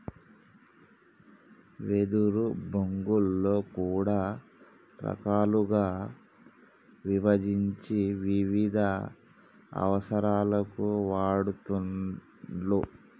వెదురు బొంగులో కూడా రకాలుగా విభజించి వివిధ అవసరాలకు వాడుతూండ్లు